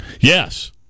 Yes